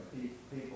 people